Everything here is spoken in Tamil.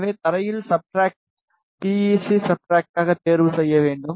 எனவே தரையில் சப்ஸ்ட்ரட் பி ஈ சி சப்ஸ்ட்ரட்டாக தேர்வு செய்ய வேண்டும்